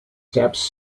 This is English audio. steps